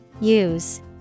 Use